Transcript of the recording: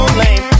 lame